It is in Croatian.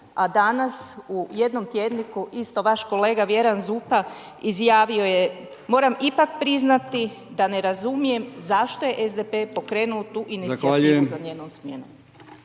a danas u jednom tjedniku, isto vaš kolega Vjeran Zupa izjavio je „Moram ipak priznati da ne razumijem zašto je SDP pokrenuo tu inicijativu za njenom smjenom.“